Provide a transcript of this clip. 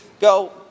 go